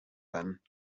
then